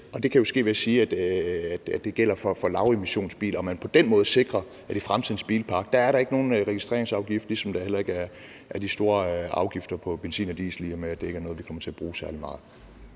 det kan jo ske, ved at man siger, at det gælder for lavemissionsbiler, og at man på den måde sikrer, at i fremtidens bilpark er der ikke nogen registreringsafgift, ligesom der heller ikke er de store afgifter på benzin og diesel, i og med at det ikke er noget, som vi kommer til at bruge særlig meget.